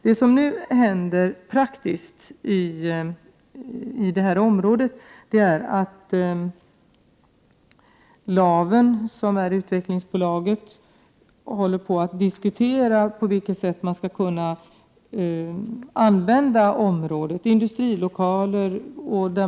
Det som nu händer praktiskt i det här området är att man i utvecklingsbolaget Laven håller på att diskutera på vilket sätt man skall kunna använda området för industrilokaler.